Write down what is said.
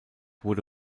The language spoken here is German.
wurde